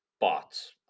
bots